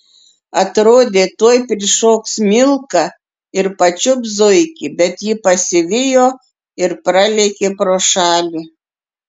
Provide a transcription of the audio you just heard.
atrodė tuoj prišoks milka ir pačiups zuikį bet ji pasivijo ir pralėkė pro šalį